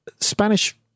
Spanish